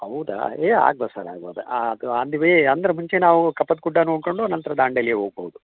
ಹೌದಾ ಏ ಆಗ್ಬೋದು ಸರ್ ಆಗ್ಬೋದು ಅದು ಅಲ್ಲಿ ಬಿ ಅಂದ್ರೆ ಮುಂಚೆ ನಾವು ಕಪ್ಪತ್ಗುಡ್ಡ ನೋಡ್ಕೊಂಡು ನಂತರ ದಾಂಡೇಲಿಗೆ ಹೋಗ್ಬೋದು